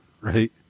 right